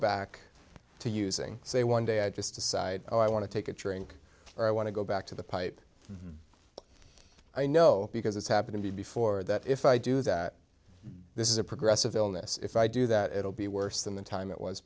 back to using say one day i just decide i want to take a drink or i want to go back to the pipe i know because it's happened before that if i do that this is a progressive illness if i do that it'll be worse than the time it was